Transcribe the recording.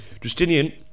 Justinian